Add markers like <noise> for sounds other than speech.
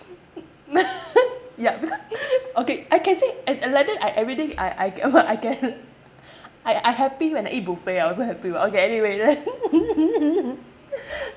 yup because okay I can say and and like that I every day I I I also I can I I happy when I eat buffet I also happy [what] okay anyway let's <laughs>